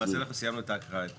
למעשה אנחנו סיימנו את ההקראה אתמול.